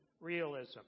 realism